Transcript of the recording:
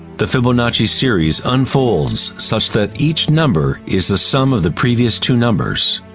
the fibonacci series unfolds such that each number is the sum of the previous two numbers.